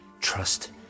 Trust